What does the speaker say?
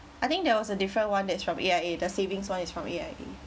I think there was a different one that's from A_I_A the savings one is from A_I_A